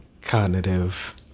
cognitive